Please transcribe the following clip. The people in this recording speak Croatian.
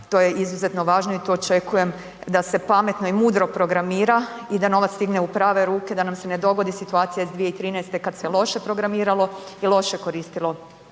to je izuzetno važno i to očekujem da se pametno i mudro programira i da novac stigne u prave ruke da nam se ne dogodi situacija iz 2013. kada se loše programiralo i loše koristilo